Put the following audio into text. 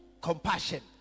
Compassion